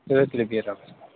تُلِو تُلِو بِہِو رۄبَس حَوالہٕ